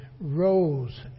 Rose